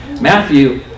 Matthew